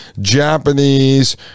Japanese